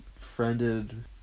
friended